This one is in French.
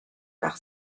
par